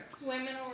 Women